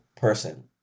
person